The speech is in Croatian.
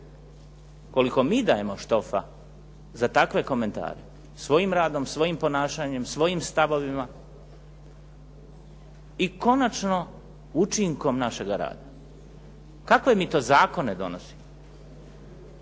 Koliko mi dajemo štofa za takve komentare, svojim radom, svojim ponašanjem, svojim stavovima i konačno učinkom našega rada. Kakve mi to zakone donosimo?